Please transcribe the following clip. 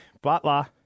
Butler